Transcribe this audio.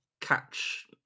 catch